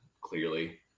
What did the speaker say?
clearly